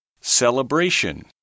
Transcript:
celebration